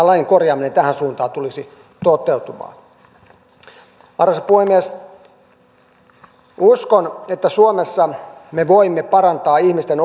lain korjaaminen tähän suuntaan tulisi toteutumaan arvoisa puhemies uskon että suomessa me voimme parantaa ihmisten